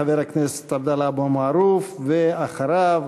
חבר הכנסת עבדאללה אבו מערוף, ואחריו,